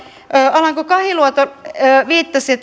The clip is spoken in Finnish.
alanko kahiluoto viittasi